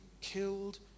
killed